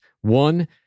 One